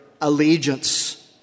allegiance